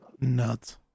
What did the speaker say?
Nuts